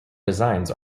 designs